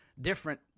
Different